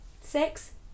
Six